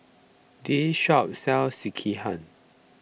this shop sells Sekihan